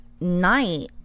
night